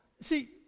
see